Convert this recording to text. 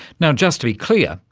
now, just to be clear,